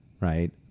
Right